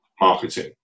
marketing